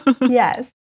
Yes